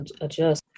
adjust